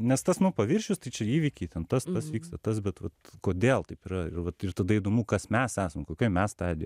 nes tas nu paviršius tai čia įvykiai ten tas tas vyksta tas bet vat kodėl taip yra ir vat ir tada įdomu kas mes esam kokioj mes stadijo